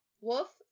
Wolf